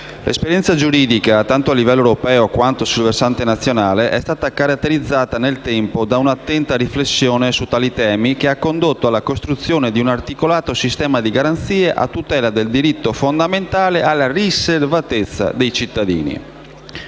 L'esperienza giuridica, tanto a livello europeo quanto sul versante nazionale, è stata caratterizzata nel tempo da un'attenta riflessione su tali temi, che ha condotto alla costruzione di un articolato sistema di garanzie a tutela del diritto fondamentale alla riservatezza dei cittadini.